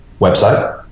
website